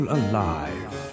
alive